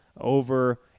over